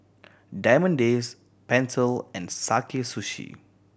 Diamond Days Pentel and Sakae Sushi